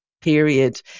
period